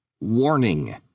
warning